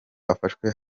afashwe